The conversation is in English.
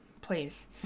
please